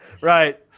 Right